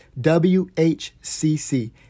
WHCC